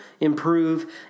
improve